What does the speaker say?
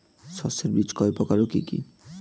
শস্যের বীজ কয় প্রকার ও কি কি?